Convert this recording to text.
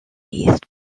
east